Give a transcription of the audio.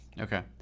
Okay